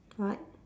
right